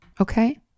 Okay